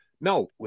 No